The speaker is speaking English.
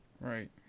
right